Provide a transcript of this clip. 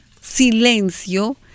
silencio